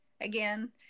again